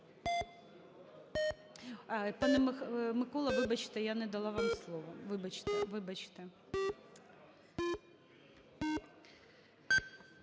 Дякую.